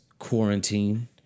quarantine